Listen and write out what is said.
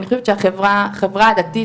אני חושבת שהחברה הדתית,